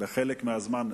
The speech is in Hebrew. בחלק מהזמן,